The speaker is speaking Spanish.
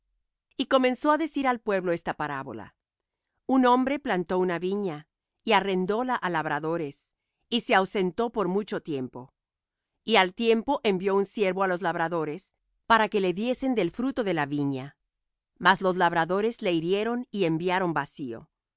y comenzó á decir al pueblo esta parábola un hombre plantó una viña y arrendóla á labradores y se ausentó por mucho tiempo y al tiempo envió un siervo á los labradores para que le diesen del fruto de la viña mas los labradores le hirieron y enviaron vacío